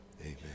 Amen